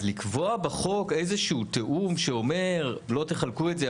אז לקבוע בחוק איזשהו תיאום שאומר לא תחלקו את זה.